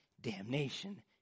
damnation